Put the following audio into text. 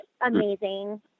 amazing